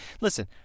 listen